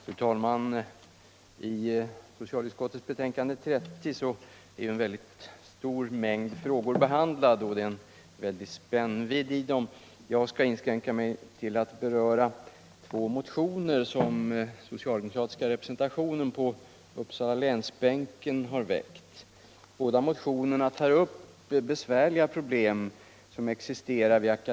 Fru talman! I socialutskottets betänkande nr 30 är en mycket stor mängd frågor behandlade, och det är en väldig vidd i dem. Jag skall här inskränka mig till att beröra två motioner som den socialdemokratiska representationen på Uppsalabänken har väckt, nämligen motionerna 1220 och 1221.